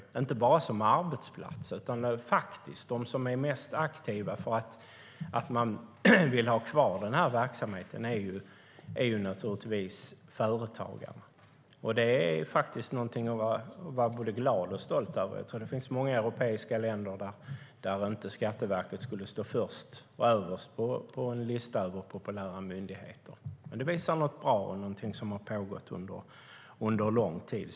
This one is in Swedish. Det är inte bara populärt som arbetsplats, utan de som är mest aktiva när det gäller att ha kvar verksamheten är faktiskt företagarna. Det är någonting att vara både glad och stolt över, för det finns många europeiska länder där skatteverket inte skulle stå överst på en lista över populära myndigheter. Det visar på något bra och på något som har pågått under lång tid.